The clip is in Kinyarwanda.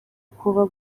kuba